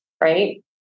right